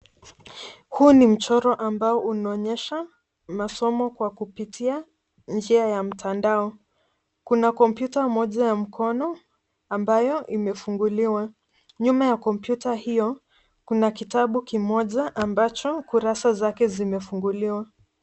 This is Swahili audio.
Huu ni mchoro ambao unaonyesha masomo kwa kupitia njia ya mtandao. Kuna kompyuta moja ya mkono ambayo imefunguliwa. Nyuma ya kompyuta hiyo kuna kitabu kimoja ambacho kurasa zake zimefunguliwa.